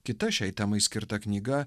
kita šiai temai skirta knyga